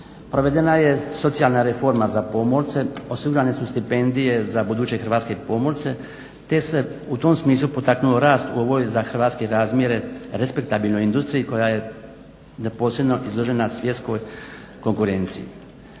provedena je socijalna reforma za pomorce, osigurane su stipendije za buduće hrvatske pomorce te se u tom smislu potaknuo rast u ovoj za hrvatske razmjere respektabilnoj industriji koja je neposredno izložena svjetskoj konkurenciji.